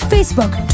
Facebook